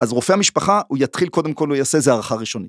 ‫אז רופא המשפחה, ‫הוא יתחיל, קודם כול, ‫הוא יעשה איזו הערכה ראשונית.